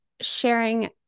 sharing